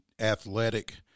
Athletic